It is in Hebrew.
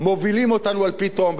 מובילים אותנו אל פי תהום.